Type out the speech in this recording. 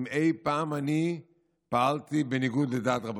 אם אי פעם אני פעלתי בניגוד לדעת רבותיך,